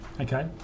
Okay